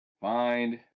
find